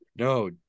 No